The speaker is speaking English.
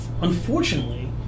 unfortunately